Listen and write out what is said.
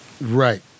Right